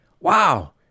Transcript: Wow